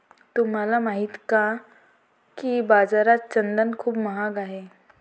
तुम्हाला माहित आहे का की बाजारात चंदन खूप महाग आहे?